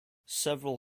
several